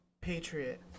Patriot